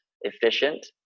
efficient